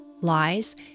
lies